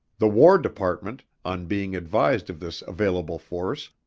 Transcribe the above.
the war department, on being advised of this available force,